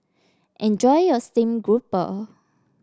enjoy your Steamed Grouper